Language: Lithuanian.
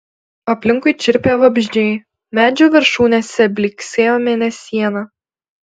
aplinkui čirpė vabzdžiai medžių viršūnėse blyksėjo mėnesiena